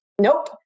Nope